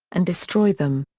and destroy them.